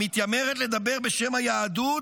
המתיימרת לדבר בשם היהדות